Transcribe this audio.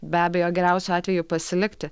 be abejo geriausiu atveju pasilikti